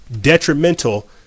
detrimental